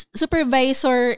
supervisor